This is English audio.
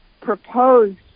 proposed